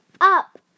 up